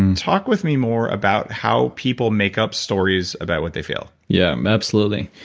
and talk with me more about how people make up stories about what they feel. yeah. absolutely.